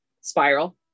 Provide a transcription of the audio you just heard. spiral